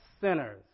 sinners